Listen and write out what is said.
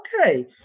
Okay